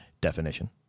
definition